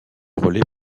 relais